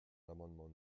l’amendement